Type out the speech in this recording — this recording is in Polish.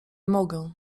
mogę